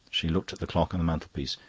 she looked at the clock on the mantelpiece.